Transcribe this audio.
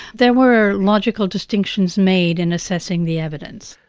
there were logical distinctions made in assessing the evidence.